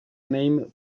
named